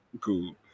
cool